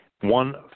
One